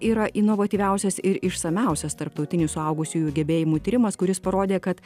yra inovatyviausias ir išsamiausias tarptautinis suaugusiųjų gebėjimų tyrimas kuris parodė kad